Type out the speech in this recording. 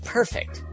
Perfect